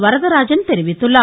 வரதராஜன் தெரிவித்துள்ளார்